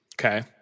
Okay